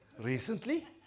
recently